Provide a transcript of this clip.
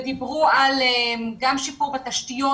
ודיברו גם על שיפור בתשתיות,